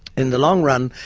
in the long run,